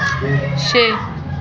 شیٚیہِ